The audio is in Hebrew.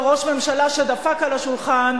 וראש ממשלה שדפק על השולחן,